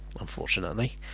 unfortunately